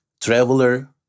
traveler